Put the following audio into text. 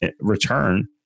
return